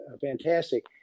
fantastic